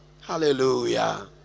hallelujah